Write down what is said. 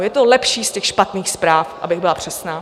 Je to lepší z těch špatných zpráv, abych byla přesná.